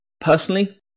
Personally